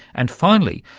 and finally,